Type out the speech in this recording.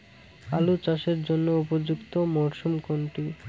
আলু চাষের জন্য উপযুক্ত মরশুম কোনটি?